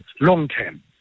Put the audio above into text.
long-term